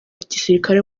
gisirikare